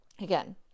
again